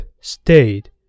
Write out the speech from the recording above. stayed